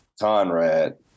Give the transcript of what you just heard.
Conrad